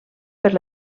per